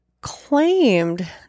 claimed